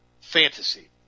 fantasy